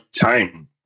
time